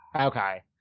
Okay